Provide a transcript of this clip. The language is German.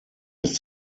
ist